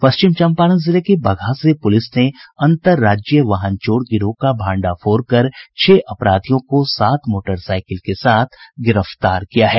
पश्चिम चंपारण जिले के बगहा से पुलिस ने अंतर राज्यीय वाहन चोर गिरोह का भांडाफोड़ कर छह अपराधियों को सात मोटरसाईकिल के साथ गिरफ्तार किया है